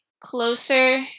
closer